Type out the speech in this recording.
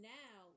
now